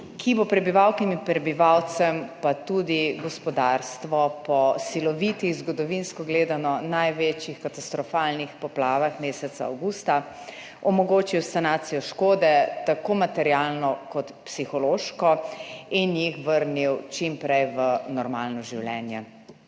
ki bo prebivalkam in prebivalcem pa tudi gospodarstvu po silovitih, zgodovinsko gledano največjih katastrofalnih poplavah meseca avgusta omogočil sanacijo škode tako materialno kot psihološko in jih vrnil čim prej v normalno življenje.